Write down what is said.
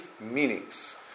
meanings